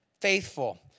faithful